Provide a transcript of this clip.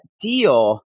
deal